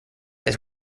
his